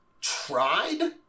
tried